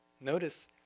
Notice